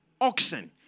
Oxen